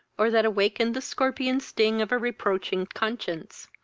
or that awakened the scorpion sting of a reproaching conscience.